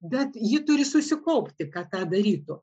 bet ji turi susikaupti kad tą darytų